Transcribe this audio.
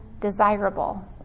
desirable